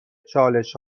چالش